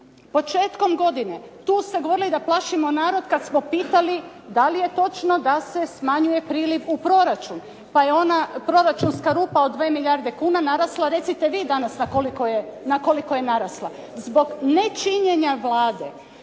Početkom godine tu ste govorili da plašimo narod kada smo pitali, da li je točno da se smanjuje proračun, pa je ona proračunska rupa od 2 milijarde kuna narasla, recite vi danas na koliko je narasla. Zbog nečinjenja Vlade,